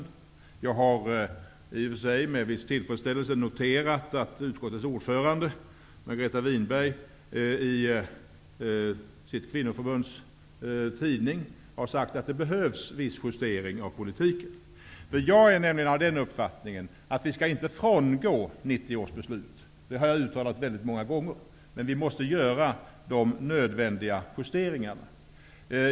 Jag har i och för sig med viss tillfredsställelse noterat att utskottets ordförande, Margareta Winberg, i sitt kvinnoförbunds tidning har sagt att det behövs viss justering i politiken. Jag är av den uppfattningen att man inte bör frångå 1990 års beslut -- det har jag uttalat väldigt många gånger -- men att vi måste göra de nödvändiga justeringarna.